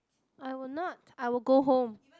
I would not I will go home